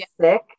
sick